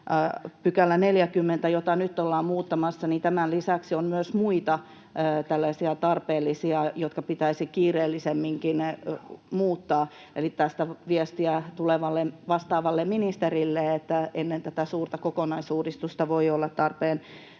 lisäksi, jota nyt ollaan muuttamassa, on myös muita tällaisia tarpeellisia, jotka pitäisi kiireellisemminkin muuttaa. Eli tästä viestiä tulevalle vastaavalle ministerille, että ennen tätä suurta kokonaisuudistusta voi olla tarpeen